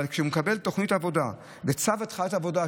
אבל כשהוא מקבל תוכנית עבודה וצו התחלת עבודה,